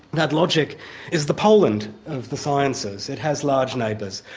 that logic is the poland of the sciences it has large neighbours,